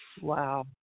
Wow